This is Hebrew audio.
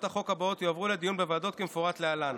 החוק הבאות יועברו לדיון בוועדות כמפורט להלן: